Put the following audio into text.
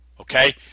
Okay